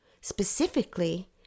Specifically